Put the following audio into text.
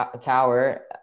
tower